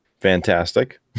fantastic